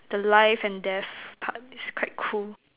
the life and death part is quite cool